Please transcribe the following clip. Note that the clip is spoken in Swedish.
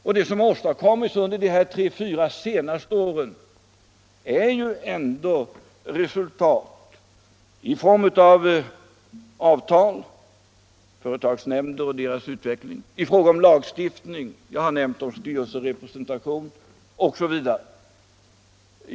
Och det som åstadkommits under de tre fyra senaste åren är ändå resultat i form av avtal, företagsnämnder och deras utveckling samt lagstiftning. Jag har förut nämnt styrelserepresentation m.m.